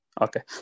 Okay